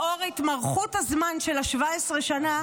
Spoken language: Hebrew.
לאור התמרחות הזמן של 17 שנה,